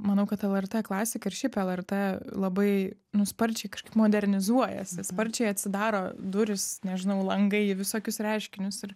manau kad lrt klasiką ir šiaip lrt labai nu sparčiai kažkaip modernizuojasi sparčiai atsidaro durys nežinau langai į visokius reiškinius ir